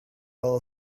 fell